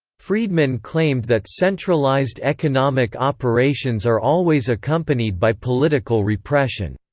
friedman claimed that centralized economic operations are always accompanied by political repression.